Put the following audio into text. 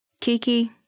Kiki